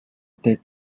they